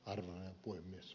arvoisa puhemies